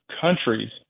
countries